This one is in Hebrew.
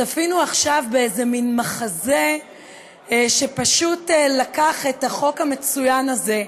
צפינו עכשיו באיזה מין מחזה שפשוט לקח את החוק המצוין הזה,